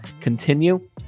continue